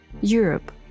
Europe